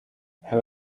have